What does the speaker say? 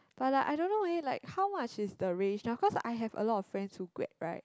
but I don't know eh like how much is the range now cause I have a lot of friends who grad right